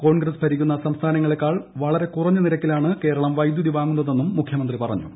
കോൺഗ്രസ് ഭരിക്കുന്ന സംസ്ഥാനങ്ങളേക്കാൾ വളരെ കുറഞ്ഞ നിരക്കിലാണ് കേരളം വൈദ്യുതി വാങ്ങുന്നതെന്നും മുഖ്യമന്ത്രി പറഞ്ഞു